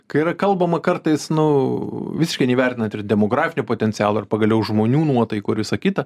kai yra kalbama kartais nu visiškai neįvertinant ir demografinio potencialo ir pagaliau žmonių nuotaikų ir visa kita